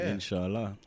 Inshallah